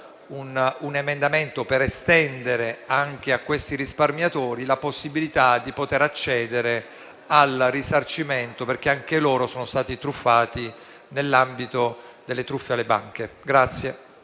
un emendamento per estendere anche a questi risparmiatori la possibilità di accedere al risarcimento. Anche loro sono stati infatti truffati, nell'ambito delle truffe bancarie.